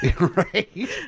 Right